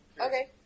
Okay